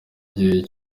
igihe